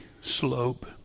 slope